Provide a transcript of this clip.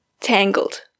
Tangled